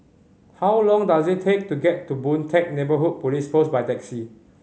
how long does it take to get to Boon Teck Neighbourhood Police Post by taxi